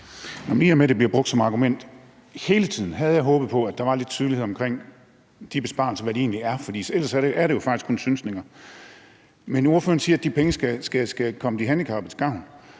I og med at det bliver brugt som argument hele tiden, havde jeg håbet på, at der var lidt tydelighed omkring de besparelser, og hvad det egentlig er, for ellers er det jo kun synsninger. Ordføreren siger, at de penge skal komme de handicappede til gavn,